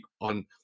on